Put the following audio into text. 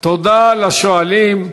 תודה לשואלים,